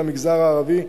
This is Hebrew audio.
למגזר הערבי,